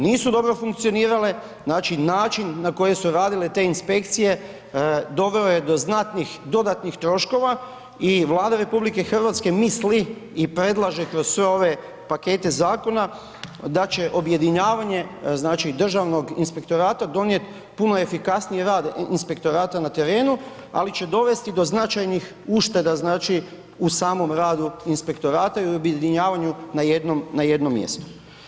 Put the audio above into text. Nisu dobro funkcionirale, znači način na koje su radile te inspekcije doveo je do znatnih dodatnih troškova i Vlada RH misli i predlaže kroz sve ove pakete zakona da će objedinjavanje znači državnog inspektorata donijet puno efikasniji rad inspektorata na terenu, ali će dovesti i do značajnih ušteda znači u samom radu inspektorata i objedinjavanju na jednom mjestu.